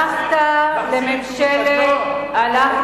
אני לא מבין, אין